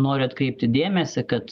noriu atkreipti dėmesį kad